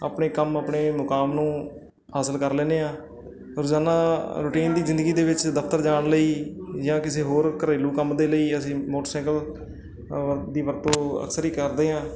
ਆਪਣੇ ਕੰਮ ਆਪਣੇ ਮੁਕਾਮ ਨੂੰ ਹਾਸਿਲ ਕਰ ਲੈਂਦੇ ਹਾਂ ਰੋਜ਼ਾਨਾ ਰੂਟੀਨ ਦੀ ਜ਼ਿੰਦਗੀ ਦੇ ਵਿੱਚ ਦਫਤਰ ਜਾਣ ਲਈ ਜਾਂ ਕਿਸੇ ਹੋਰ ਘਰੇਲੂ ਕੰਮ ਦੇ ਲਈ ਅਸੀਂ ਮੋਟਰਸਾਈਕਲ ਦੀ ਵਰਤੋਂ ਅਕਸਰ ਹੀ ਕਰਦੇ ਹਾਂ